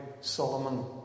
Solomon